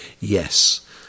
Yes